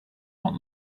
what